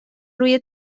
روی